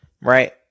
right